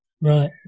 Right